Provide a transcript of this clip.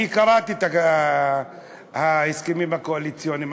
אני קראתי את ההסכמים הקואליציוניים,